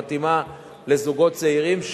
שמתאימה לזוגות צעירים,